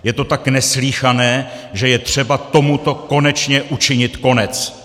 Je to tak neslýchané, že je třeba tomuto konečně učinit konec!